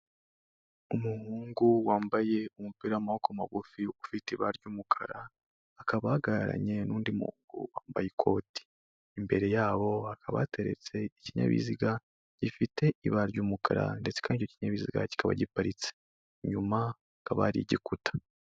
Umuhungu wambaye umupira w'amaboko magufi ufite ibara ry'umukara akaba ahagararanye n'undi muntu wambaye ikoti. Imbere yabo hakaba hateretse ikinyabiziga gifite ibara ry'umukara ndetse kandi ikinyabiziga kikaba giparitse. inyuma hakaba hari igikuta.